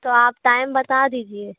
तो आप टाइम बता दीजिए